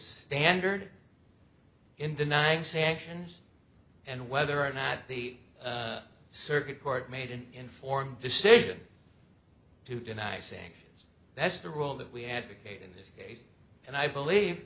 standard in denying sanctions and whether or not the circuit court made an informed decision to deny sanctions that's the role that we advocate in this case and i believe